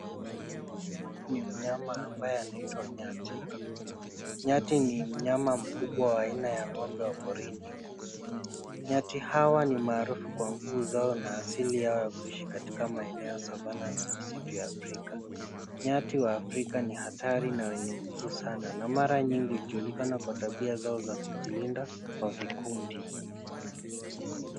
Huyu ni mnyama ambaye anaitwa nyati. Nyati ni mnyama mkubwa wa aina ya ng'ombe wa porini. Nyati hawa ni maarufu kwa nguvu zao na asili yao kuishi katika maeneo ya savana na misitu ya Afrika. Nyati wa Afrika ni hatari na wenye nguvu sana na mara nyingi hujulikana kwa tabia zao za kujilinda kwa vikundi.